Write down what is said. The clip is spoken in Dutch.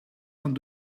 kan